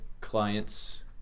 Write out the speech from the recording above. client's